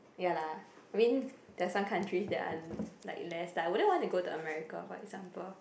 ya lah I mean there are some countries that are like less I wouldn't want to go to America for example